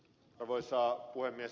arvoisa puhemies